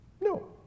No